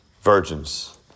Virgins